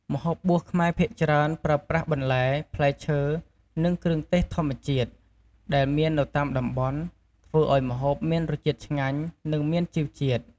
ម្ហូបបួសខ្មែរភាគច្រើនប្រើប្រាស់បន្លែ ផ្លែឈើ និងគ្រឿងទេសធម្មជាតិ ដែលមាននៅតាមតំបន់ ធ្វើឱ្យម្ហូបមានរសជាតិឆ្ងាញ់ និងមានជីវជាតិ។